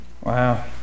Wow